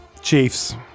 Chiefs